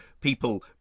people